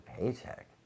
paycheck